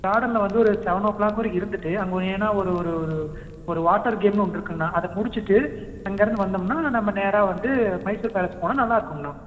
கார்டனில் வந்து ஒரு செவன் ஓ க்ளாக் வரைக்கும் இருந்துவிட்டு அங்கே ஏன்னா ஒரு ஒரு ஒரு ஒரு வாட்டர் கேம்ன்னு ஒன்று இருக்குண்ணா அதை முடிச்சிவிட்டு அங்கேருந்து வந்தோம்னா நம்ம நேராக வந்து மைசூர் பேலஸ் போனால் நல்லா இருக்குங்கண்ணா